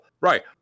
Right